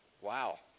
Wow